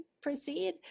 proceed